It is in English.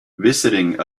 visiting